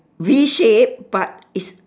V shape but is